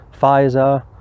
pfizer